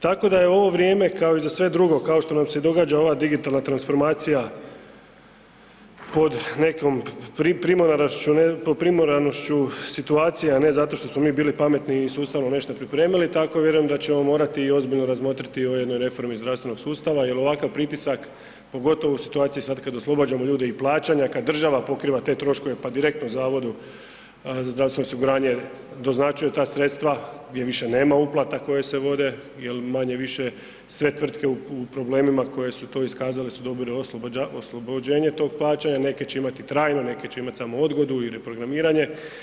Tako da je ovo vrijeme kao i za sve drugo, kao što nam se događa ova digitalna transformacija pod nekom primoranošću situacije, a ne zato što smo mi bili pametni i sustavno nešto pripremili, tako vjerujem da ćemo morati i ozbiljno razmotriti o ovoj jednoj reformi zdravstvenog sustava jel ovakav pritisak, pogotovo u situaciji sada kada oslobađamo ljude i plaćanja, kada država pokriva te troškove pa direktno HZZO-u doznačuju ta sredstva gdje više nema uplata koje se vode jel manje-više sve tvrtke u problemima koje su to iskazale su dobile oslobođenje tog plaćanja, neke će imati i trajno, neke će imati samo odgodu i reprogramiranje.